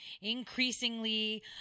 increasingly